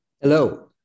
Hello